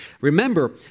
Remember